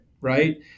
right